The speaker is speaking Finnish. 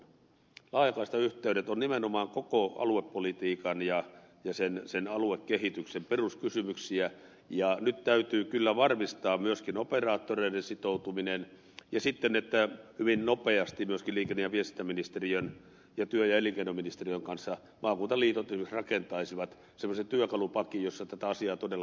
laajakaistayhteydet ovat nimenomaan koko aluepolitiikan ja aluekehityksen peruskysymyksiä ja nyt täytyy kyllä varmistaa myöskin operaattoreiden sitoutuminen ja sitten se että hyvin nopeasti myöskin liikenne ja viestintäministeriön ja työ ja elinkeinoministeriön kanssa maakuntaliitot esimerkiksi rakentaisivat semmoisen työkalupakin jolla tätä asiaa todella viedään eteenpäin